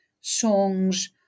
songs